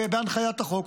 בהנחיית החוק.